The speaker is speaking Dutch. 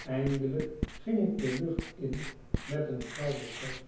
eintelijk ging ik de lucht in met een flauw besef